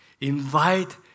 Invite